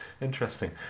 interesting